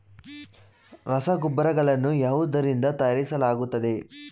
ರಸಗೊಬ್ಬರಗಳನ್ನು ಯಾವುದರಿಂದ ತಯಾರಿಸಲಾಗುತ್ತದೆ?